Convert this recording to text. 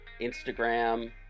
Instagram